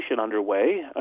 underway